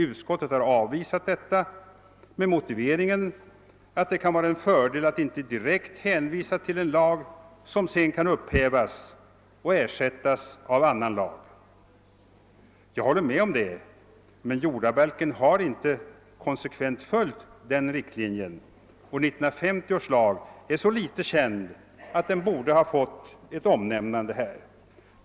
Utskottet har avvisat detta med motiveringen att det kan vara en fördel att inte direkt hänvisa till en lag som sedan kan upphävas och ersättas av annan lag. Jag håller med om det, men jorda balken har inte konsekvent följt den linjen, och 1950 års lag är så litet känd att den borde ha fått ett omnämnande här.